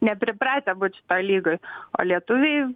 nepripratę būt šitoj lygoj o lietuviai